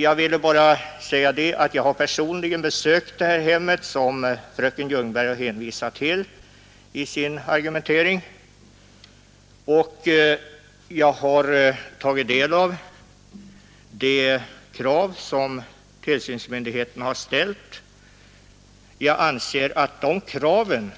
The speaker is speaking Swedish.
Jag har personligen besökt det hem som fröken Ljungberg har hänvisat till i sin argumentering, och jag har tagit del av de krav som tillsynsmyndigheten har ställt. Jag anser att de kraven